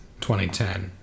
2010